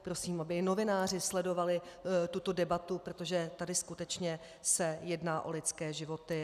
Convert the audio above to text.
Prosím, aby novináři sledovali tuto debatu, protože tady se skutečně jedná o lidské životy.